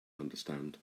understand